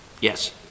Yes